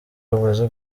bamaze